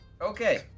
Okay